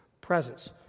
presence